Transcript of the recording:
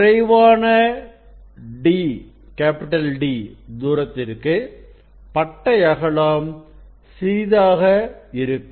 குறைவான D தூரத்திற்கு பட்டை அகலம் சிறிதாக கிடைக்கும்